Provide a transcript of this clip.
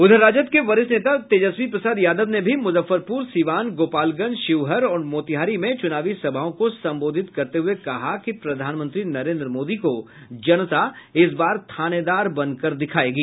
उधर राजद के वरिष्ठ तेजस्वी प्रसाद यादव ने भी मुजफ्फरपुर सीवान गोपालगंज शिवहर और मोतिहारी में चुनावी सभाओं को संबोधित करते हुये कहा कि प्रधानमंत्री नरेन्द्र मोदी को जनता इस बार थानेदार बनकर दिखायेगी